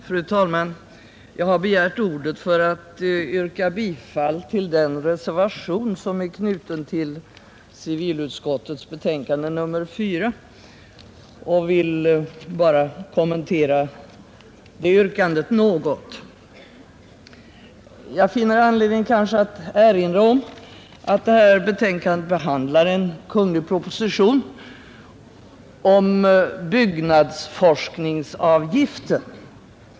Fru talman! Jag har begärt ordet för att yrka bifall till den reservation som är knuten till civilutskottets betänkande nr 4 och vill bara kommentera det yrkandet något. Det finns kanske anledning att erinra om att detta betänkande behandlar en kungl. proposition om byggnadsforskningsavgiften.